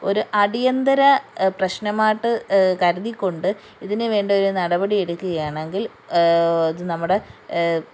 ഒരു അടിയന്തര പ്രശ്നമായിട്ട് കരുതി കൊണ്ട് ഇതിനുവേണ്ടി ഒരു നടപടി എടുക്കുകയാണെങ്കിൽ അത് നമ്മുടെ